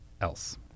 else